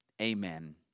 Amen